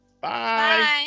bye